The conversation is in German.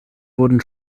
wurden